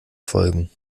folgen